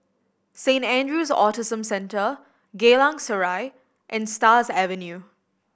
Saint Andrew's Autism Centre Geylang Serai and Stars Avenue